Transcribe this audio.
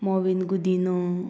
Mauvin Gudino